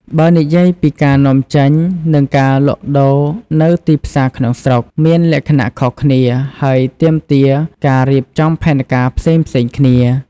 បើនិយាយពីការនាំចេញ និងការលក់ដូរនៅទីផ្សារក្នុងស្រុក មានលក្ខណៈខុសគ្នា ហើយទាមទារការរៀបចំផែនការផ្សេងៗគ្នា។